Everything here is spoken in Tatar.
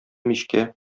мичкә